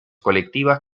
colectivas